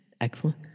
Excellent